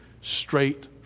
straight